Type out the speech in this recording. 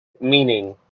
Meaning